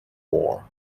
war